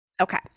Okay